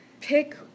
pick